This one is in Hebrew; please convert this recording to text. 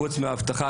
חוץ מאבטחה,